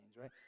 right